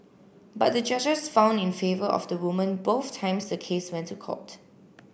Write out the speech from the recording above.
but the judges found in favour of the woman both times the case went to court